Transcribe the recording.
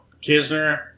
Kisner